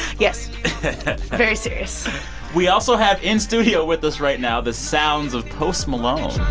yes very serious we also have in studio with us right now the sounds of post malone.